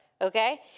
okay